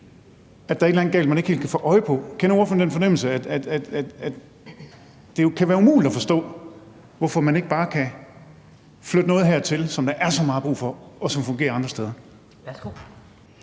om der er et eller andet galt, man ikke helt kan få øje på. Kender ordføreren den fornemmelse, at det kan være umuligt at forstå, hvorfor man ikke bare kan flytte noget hertil, som der er så meget brug for, og som fungerer andre steder?